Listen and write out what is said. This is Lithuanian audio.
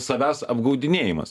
savęs apgaudinėjimas